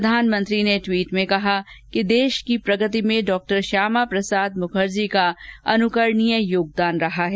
प्रधानमंत्री ने टवीट में कहा कि देश की प्रगति में डॉक्टर श्यामा प्रसाद मुखर्जी का अनुकरणीय योगदान रहा हैं